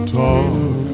talk